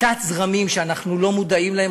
תת-זרמים שאנחנו לא מודעים להם,